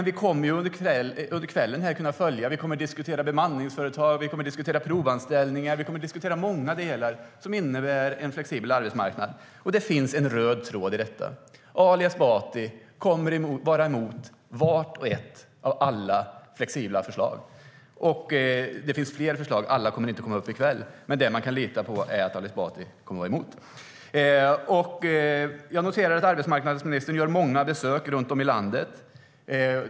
Vi kommer under kvällen att kunna följa debatten. Vi kommer att diskutera bemanningsföretag, provanställningar och många delar som innebär en flexibel arbetsmarknad. Det finns en röd tråd i detta. Ali Esbati kommer att vara emot vart och ett av alla flexibla förslag. Det finns flera förslag, och alla kommer inte upp i kväll. Det man kan lita på är att Ali Esbati kommer att vara emot. Jag noterar att arbetsmarknadsministern gör många besök runt om i landet.